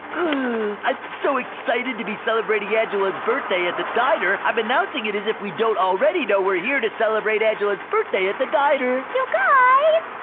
i'm so excited to be celebrating angela's birthday at the diner, i'm announcing it as if we don't already know we're here to celebrate angela's birthday at the diner. you guys.